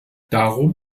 darum